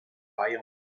bayern